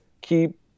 keep